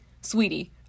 sweetie